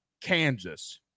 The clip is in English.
Kansas